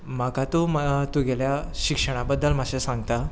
म्हाका तूं तुगेल्या शिक्षणा बद्दल मातशें सांगता